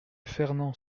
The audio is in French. fernand